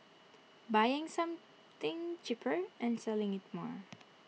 buying something cheaper and selling IT more